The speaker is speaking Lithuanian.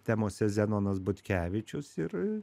temose zenonas butkevičius ir